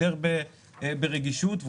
יותר ברגישות,